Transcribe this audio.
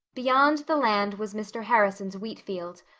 beyond the land was mr. harrison's wheatfield,